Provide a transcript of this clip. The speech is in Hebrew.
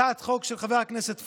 הצעת החוק של חבר הכנסת פורר,